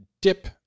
dip